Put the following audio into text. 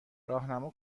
راهنما